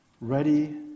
ready